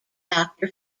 doctor